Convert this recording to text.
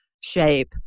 shape